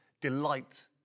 delight